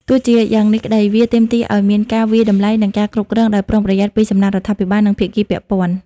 ទោះជាយ៉ាងនេះក្តី វាទាមទារឱ្យមានការវាយតម្លៃ និងការគ្រប់គ្រងដោយប្រុងប្រយ័ត្នពីសំណាក់រដ្ឋាភិបាល និងភាគីពាក់ព័ន្ធ។